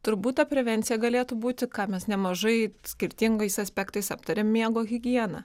turbūt ta prevencija galėtų būti ką mes nemažai skirtingais aspektais aptarėm miego higiena